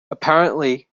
apparently